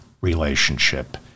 relationship